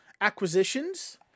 acquisitions